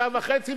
שעה וחצי,